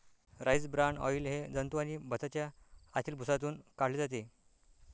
rice bran oil हे जंतू आणि भाताच्या आतील भुसातून काढले जाते